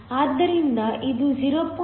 ಆದ್ದರಿಂದ ಇದು 0